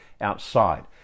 outside